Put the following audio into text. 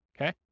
okay